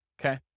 okay